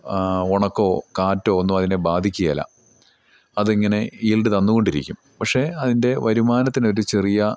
ഉണക്കമോ കാറ്റോ ഒന്നും അതിനെ ബാധിക്കില്ല അതിങ്ങനെ ഈൽഡ് തന്നുകൊണ്ടിരിക്കും പക്ഷേ അതിൻ്റെ വരുമാനത്തിന് ഒരു ചെറിയ